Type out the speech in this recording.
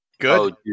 good